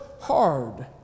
hard